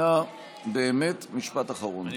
אנא, באמת, משפט אחרון.